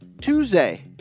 Tuesday